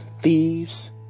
thieves